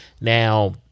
Now